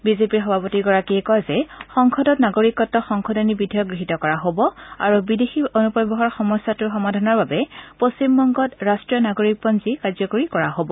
বিজেপিৰ সভাপতিগৰাকীয়ে কয় যে সংসদত নাগৰিকত্ব সংশোধনী বিধেয়ক গৃহীত কৰা হ'ব আৰু প্ৰৱজনৰ সমস্যাটো সমাধানৰ বাবে পশ্চিমবংগত ৰট্টীয় নাগৰিক পঞ্জী কাৰ্যকৰী কৰা হব